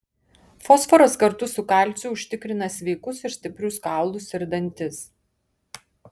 fosforas kartu su kalciu užtikrina sveikus ir stiprius kaulus ir dantis